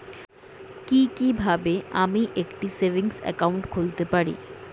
কি কিভাবে আমি একটি সেভিংস একাউন্ট খুলতে পারি?